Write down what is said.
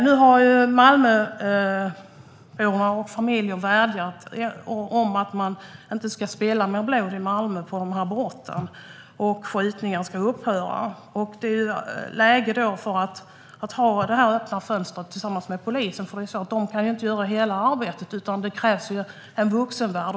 Nu har Malmöborna - familjer - vädjat om att det inte ska spillas mer blod i Malmö, om att brotten och skjutningarna ska upphöra. Då är det läge att ha det öppna fönstret tillsammans med polisen. De kan nämligen inte göra hela arbetet. Det krävs en vuxenvärld.